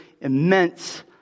immense